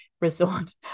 Resort